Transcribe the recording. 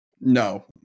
No